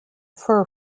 fir